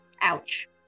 Ouch